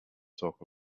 talk